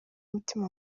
umutima